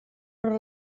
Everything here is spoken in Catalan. per